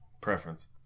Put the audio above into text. preference